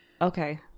okay